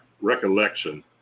recollection